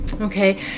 Okay